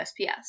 USPS